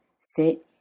sit